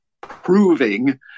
proving